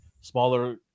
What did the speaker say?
smaller